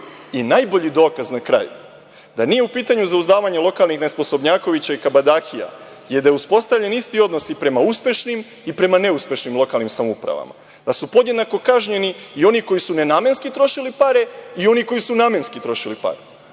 Najbolji dokaz na kraju da nije u pitanju zauzdavanje lokalnih nesposobnjakovića i kabadahija je da je uspostavljen isti odnos i prema uspešnim i prema neuspešnim lokalnim samoupravama, da su podjednako kažnjeni i oni koji su nenamenski trošili pare i oni koji su namenski trošili pare